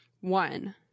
One